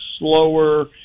slower